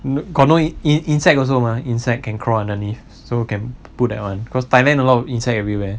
got got no in insect also mah insect can crawl underneath so can put that [one] cause thailand a lot of insect everywhere